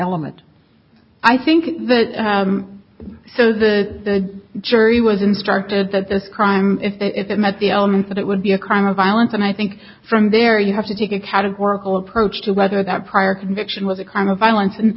element i think that so the jury was instructed that this crime if it met the elements that it would be a crime of violence and i think from there you have to take a categorical approach to whether that prior conviction was a crime of violence and